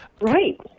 Right